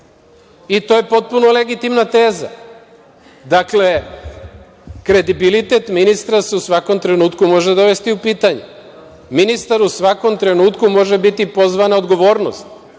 i to je potpuno legitimna teza. Dakle, kredibilitet ministra se u svakom trenutku može dovesti u pitanje. Ministar u svakom trenutku može biti pozvan na odgovornost